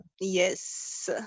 Yes